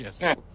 Yes